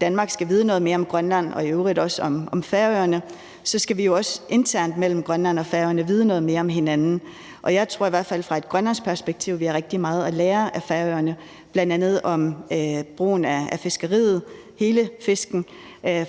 Danmark skal vide noget mere om Grønland og i øvrigt også om Færøerne, skal vi jo også internt mellem Grønland og Færøerne vide noget mere om hinanden. Fra et grønlandsk perspektiv tror jeg i hvert fald, at vi har rigtig meget at lære af Færøerne, bl.a. om brugen af fiskeriet, hele fiskeriet,